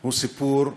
הוא סיפור נכון?